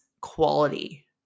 quality